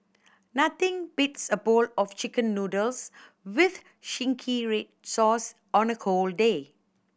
nothing beats a bowl of Chicken Noodles with red sauce on a cold day